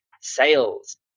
sales